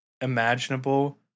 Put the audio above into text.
imaginable